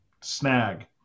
snag